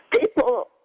people